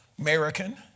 American